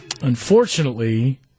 unfortunately